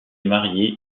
marié